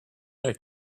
their